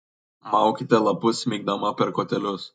maukite lapus smeigdama per kotelius